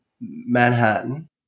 Manhattan